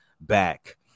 back